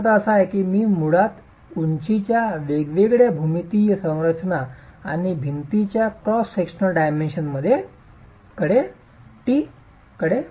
याचा अर्थ असा आहे की मी मुळात उंचीच्या वेगवेगळ्या भूमितीय संरचना आणि भिंतीच्या क्रॉस सेक्शनल डाइमेंशन t कडे पहात आहे